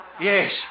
Yes